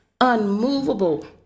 unmovable